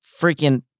Freaking